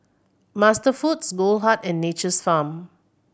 MasterFoods Goldheart and Nature's Farm